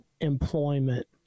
employment